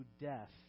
death